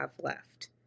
left